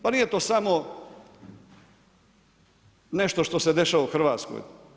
Pa nije to samo nešto što se dešava u Hrvatskoj.